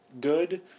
good